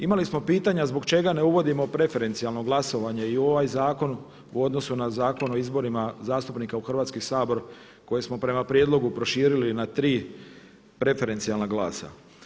Imali smo pitanja zbog čega ne uvodimo preferencijalno glasovanje i u ovaj zakon u odnosu na Zakon o izborima zastupnika u Hrvatski sabor koji smo prema prijedlogu proširili na 3 preferencijalna glasa.